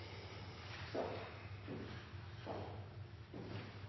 Takk